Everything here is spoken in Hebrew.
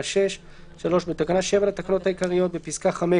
6. 3. בתקנה 7 לתקנות העיקריות -(1) בפסקה (5),